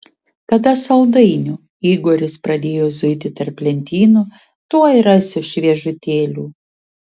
tada saldainių igoris pradėjo zuiti tarp lentynų tuoj rasiu šviežutėlių